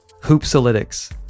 Hoopsalytics